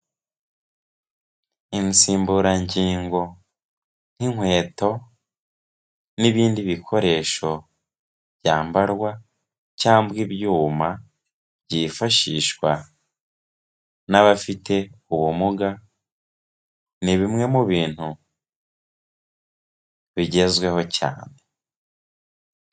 Insimburangingo nk'inkweto n'ibindi bikoresho byambarwa cyangwa ibyuma byifashishwa n'abafite ubumuga, ni bimwe mu bintu bigezweho cyane.